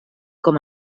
com